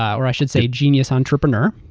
or i should say, genius entrepreneur.